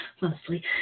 mostly